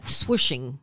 swishing